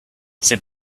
said